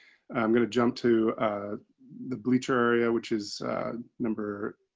i'm going to jump to the bleacher area which is number